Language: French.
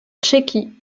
tchéquie